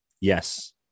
yes